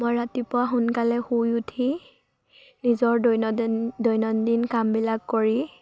মই ৰাতিপুৱা সোনকালে শুই উঠি নিজৰ দৈনন্দিন দৈনন্দিন কামবিলাক কৰি